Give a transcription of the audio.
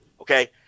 Okay